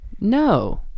no